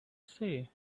say